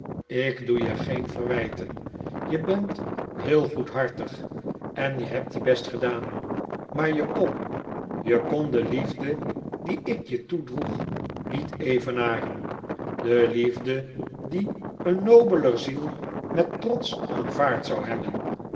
ik doe je geen verwijten je bent heel goedhartig en hebt je best gedaan maar je kon je kon de liefde die ik je toedroeg niet evenaren de liefde die een nobeler ziel met trots aanvaard zou hebben